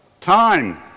time